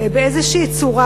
באיזו צורה,